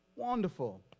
wonderful